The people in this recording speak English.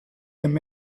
them